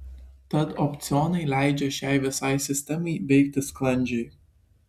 tad opcionai leidžia šiai visai sistemai veikti sklandžiai